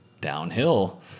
downhill